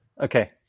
Okay